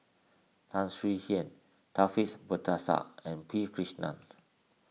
Tan Swie Hian Taufik Batisah and P Krishnan